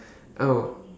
oh